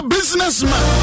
Businessman